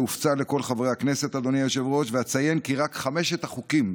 להבדיל, ממי ים המלח, משמשים להקשחת תחתיות.